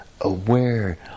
aware